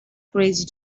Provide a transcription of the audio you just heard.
crazy